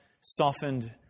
softened